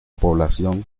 población